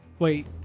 Wait